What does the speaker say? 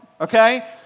Okay